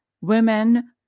women